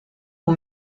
aux